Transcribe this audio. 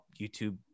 youtube